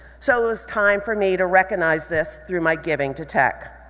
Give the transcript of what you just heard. so it was time for me to recognize this through my giving to tech.